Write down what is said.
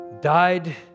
died